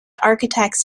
architects